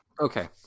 Okay